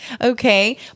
Okay